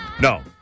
No